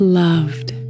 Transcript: loved